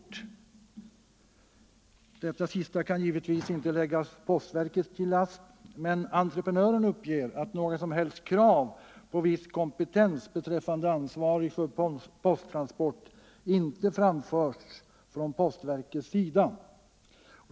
Detta — Nr 13 sistnämnda kan givetvis inte läggas postverket till last, men entrepre Fredagen den nören uppger att några som helst krav på viss kompetens beträffande 31 januari 1975 ansvarig för posttransport inte framförts från postverkets sida.